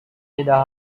tidak